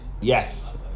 Yes